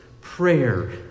prayer